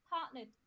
partnered